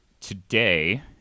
today